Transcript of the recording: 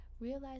realize